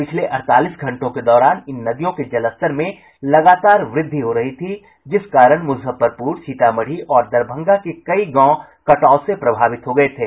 पिछले अड़तालीस घंटों के दौरान इन नदियों के जलस्तर में लगातार वृद्धि हो रही थी जिस कारण मुजफ्फरपुर सीतामढ़ी और दरभंगा के कई गांव कटाव से प्रभावित हो गये थे